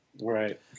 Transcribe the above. right